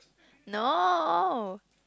no